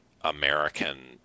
American